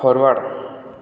forward